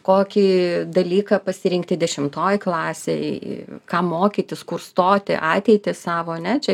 kokį dalyką pasirinkti dešimtoj klasėj ką mokytis kur stoti ateitį savo ane čia